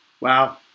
Wow